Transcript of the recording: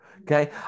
Okay